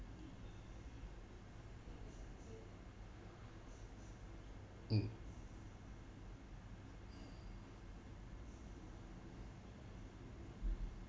mm